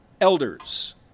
elders